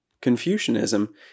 Confucianism